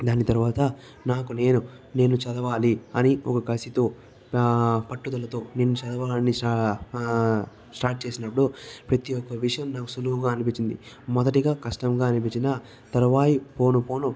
దాని తర్వాత నాకు నేను నేను చదవాలి అని ఒక కసితో పట్టుదలతో నేను చదవాలని స్టార్ట్ చేసినప్పుడు ప్రతి ఒక్క విషయం నాకు సులువుగా అనిపించింది మొదటిగా కష్టంగా అనిపించినా తరువాయి పోను పోను